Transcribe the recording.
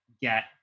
get